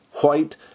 white